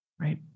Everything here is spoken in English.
right